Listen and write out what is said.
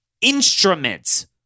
instruments